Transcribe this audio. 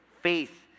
Faith